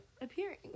appearing